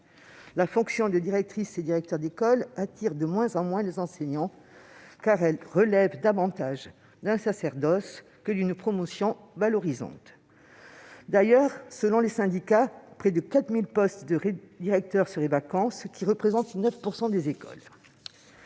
La fonction de directrice et directeur d'école attire de moins en moins les enseignants, car elle relève davantage d'un sacerdoce que d'une promotion valorisante. D'ailleurs, selon les syndicats, près de 4 000 postes de directeur seraient vacants, ce qui représente 9 % des écoles.